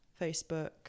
Facebook